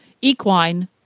equine